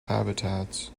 habitats